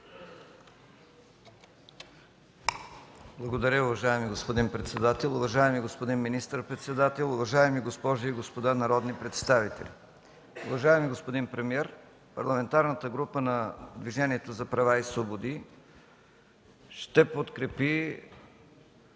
Благодаря, уважаеми господин председател. Уважаеми господин министър-председател, уважаеми госпожи и господа народни представители! Уважаеми господин премиер, Парламентарната група на Движението за права и свободи ще подкрепи